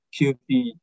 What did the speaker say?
QP